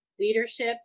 leadership